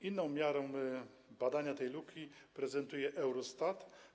Inną miarę badania tej luki prezentuje Eurostat.